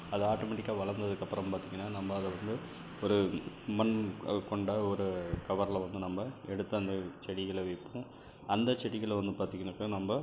அது ஆட்டோமெட்டிக்காக வளர்ந்ததுக்கு அப்புறம் பார்த்திங்கனா நம்ம அதை வந்து ஒரு மண் கொண்ட ஒரு கவரில் வந்து நம்ம எடுத்து அந்த செடிகளை வைப்போம் அந்த செடிகளை வந்து பார்த்திங்கனாக்கா நம்ம